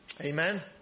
Amen